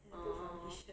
oh